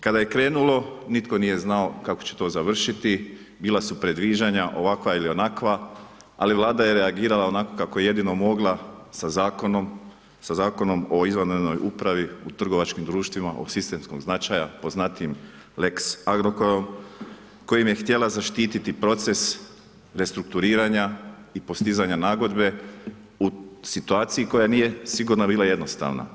Kada je krenulo nitko nije znao kako će to završiti, bila su predviđanja, ovakva ili onakva, ali Vlada je reagirala onako kako je jedino mogla, sa Zakonom o izvanrednoj upravi u trgovačkim društvima od sistemskog značaja, poznatijim lex Agrokorom, kojim je htjela zaštititi proces restrukturiranja i postizanja nagodbe u situaciji koja sigurno nije bila jednostavna.